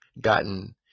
gotten